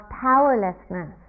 powerlessness